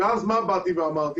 מה באתי ואמרתי?